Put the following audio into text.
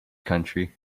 country